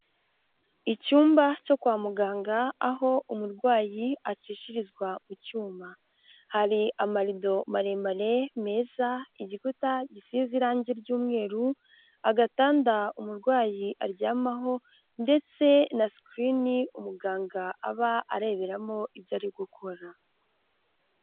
Icyumba cyo kwa muganga aho umurwayi acishirizwa mu cyuma, hari amaldo maremare meza, igikuta gisize irangi ry'umweru, agatanda umurwayi aryamaho ndetse na sikirini umuganga aba areberamo ibyo ari gukora.